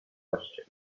question